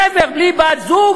גבר בלי בת-זוג,